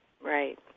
Right